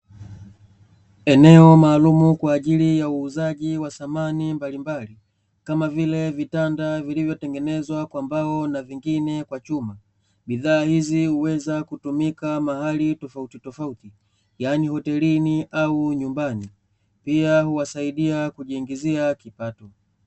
Eneo maalum kwa ajili ya uuzaji wa samani mbalimbali, kama vile vitanda vilivyotengenezwa kwa mbao na vingine kwa chuma bidhaa hizi huweza kutumika mahali tofauti tofauti, yaani hotelini au nyumbani pia uwasaidie kujiingizia kipato.